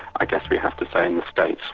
i guess we have to say, in the states.